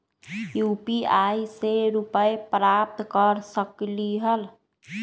UPI से रुपए प्राप्त कर सकलीहल?